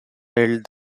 held